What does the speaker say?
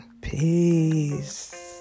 Peace